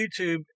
YouTube